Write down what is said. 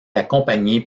accompagné